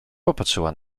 popatrzyła